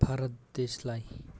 भारत देशलाई